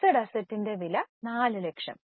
fixed അസ്സെറ്റിന്റെ വില 4 ലക്ഷം